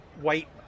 white